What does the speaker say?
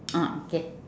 ah okay